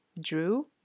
drew